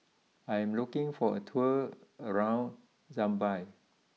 I am looking for a tour around Zambia